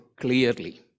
clearly